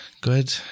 Good